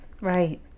right